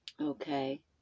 Okay